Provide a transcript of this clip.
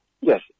yes